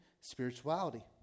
spirituality